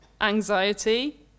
anxiety